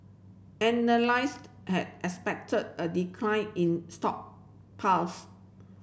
analyst had expected a decline in stock pulse